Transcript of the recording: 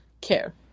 care